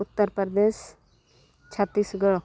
Uttar Pradesh Chhattisgarh